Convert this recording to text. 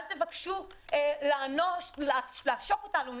אל תבקשו לעשוק אותנו,